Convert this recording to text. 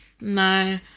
No